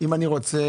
אני רוצה